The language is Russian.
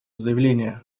заявление